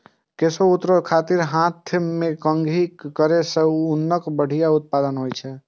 केश उतारै खातिर हाथ सं कंघी करै सं ऊनक बढ़िया उत्पादन होइ छै